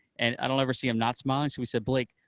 and i don't ever see him not smiling, so we said, blake,